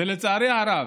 ולצערי הרב,